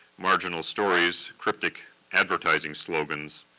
marginal stories, cryptic advertising slogans,